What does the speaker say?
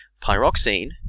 Pyroxene